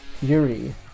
Yuri